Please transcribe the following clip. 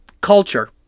culture